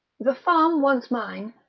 the farm, once mine,